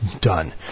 done